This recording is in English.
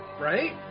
right